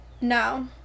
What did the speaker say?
No